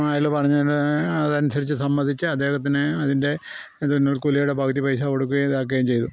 അയാൾ പറഞ്ഞത് അതനുസരിച്ചു സമ്മതിച്ചു അദ്ദേഹത്തിന് അതിൻ്റെ തുന്നൽ കൂലിയുടെ പകുതി പൈസ കൊടുക്കുകയും ഇതാക്കുകയും ചെയ്തു